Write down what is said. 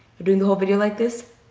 we're doing the whole video like this?